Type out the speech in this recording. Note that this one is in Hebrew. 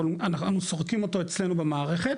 אבל אנחנו סורקים אותו אצלנו במערכת,